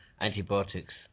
antibiotics